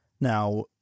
Now